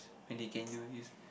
when they can use